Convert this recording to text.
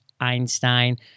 Einstein